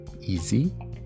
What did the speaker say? easy